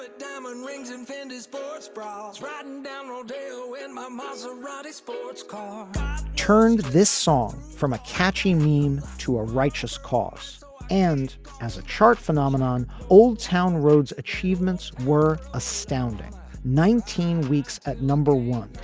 and um and rings and vendors, bars, brawls right and now i'll do in my maserati sports car turned this song from a catchy meme to a righteous costs and as a chart phenomenon, old town roads achievements were astounding nineteen weeks at number one,